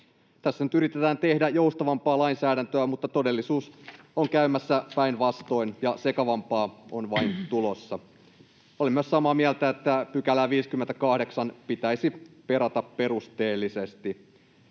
Tässä nyt yritetään tehdä joustavampaa lainsäädäntöä, mutta todellisuudessa on käymässä päinvastoin ja sekavampaa on vain tulossa. Olen myös samaa mieltä, että 58 § pitäisi perata perusteellisesti.